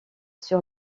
sur